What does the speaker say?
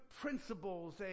principles